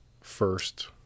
first